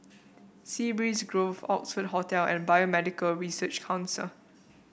Sea Breeze Grove Oxford Hotel and Biomedical Research Council